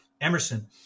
Emerson